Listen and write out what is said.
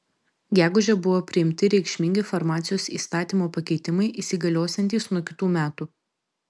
gegužę buvo priimti reikšmingi farmacijos įstatymo pakeitimai įsigaliosiantys nuo kitų metų